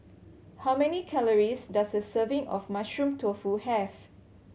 how many calories does a serving of Mushroom Tofu have